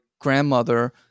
grandmother